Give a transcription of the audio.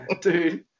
dude